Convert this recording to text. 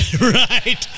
right